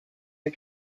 are